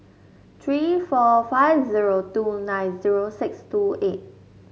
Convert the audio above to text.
three four five zero two nine zero six two eight